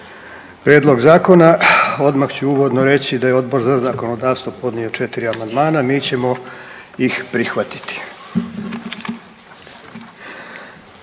Prijedlog zakona odmah ću uvodno reći da je Odbor za zakonodavstvo podnio 4 amandmana, mi ćemo ih prihvatiti.